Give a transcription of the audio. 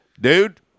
Dude